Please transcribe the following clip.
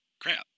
crap